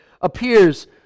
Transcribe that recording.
appears